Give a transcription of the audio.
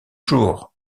jours